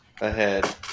ahead